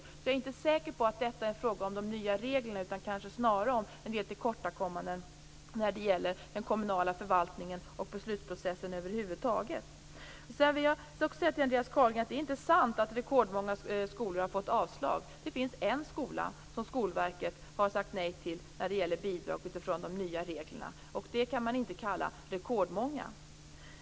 Jag är därför inte säker på att detta är en fråga om de nya reglerna utan kanske snarare om en del tillkortakommanden när det gäller den kommunala förvaltningen och beslutsprocessen över huvud taget. Sedan vill jag också säga till Andreas Carlgren att det inte är sant att rekordmånga skolor har fått avslag. Det finns en skola som Skolverket har sagt nej till när det gäller bidrag utifrån de nya reglerna, och det kan man inte kalla rekordmånga.